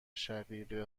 شقیقه